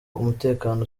umutekano